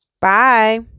Bye